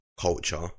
culture